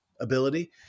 ability